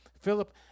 philip